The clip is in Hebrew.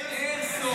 איירסופט.